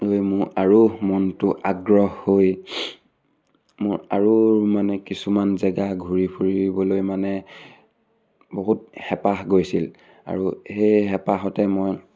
মোৰ আৰু মনটো আগ্ৰহ হৈ মোৰ আৰু মানে কিছুমান জেগা ঘূৰি ফুৰিবলৈ মানে বহুত হেঁপাহ গৈছিল আৰু সেই হেঁপাহতে মই